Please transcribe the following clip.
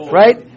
right